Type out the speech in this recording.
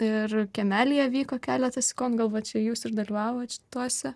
ir kiemelyje vyko keletas sikonų gal va čia jūs ir dalyvavot šituose